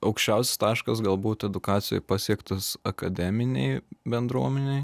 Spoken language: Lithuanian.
aukščiausias taškas galbūt edukacijoj pasiektas akademinėj bendruomenėj